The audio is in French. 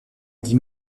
dix